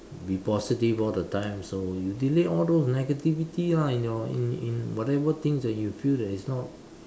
be positive all the time so you delete all those negativity ah in your in in whatever things that you feel that is not